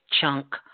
chunk